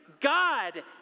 God